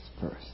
first